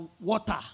water